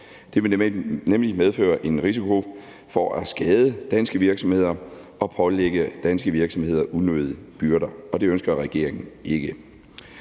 Det vil nemlig medføre en risiko for at skade danske virksomheder og pålægge danske virksomheder unødige byrder, og det ønsker regeringen ikke.